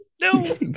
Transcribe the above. No